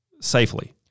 safely